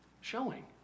showing